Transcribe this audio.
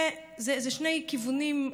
אלה שני כיוונים,